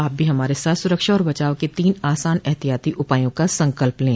आप भी हमारे साथ सुरक्षा और बचाव के तीन आसान एहतियाती उपायों का संकल्प लें